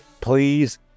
Please